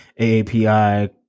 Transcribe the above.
aapi